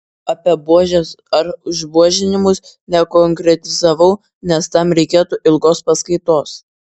apie buožes ar išbuožinimus nekonkretizavau nes tam reikėtų ilgos paskaitos